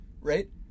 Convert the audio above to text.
right